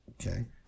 okay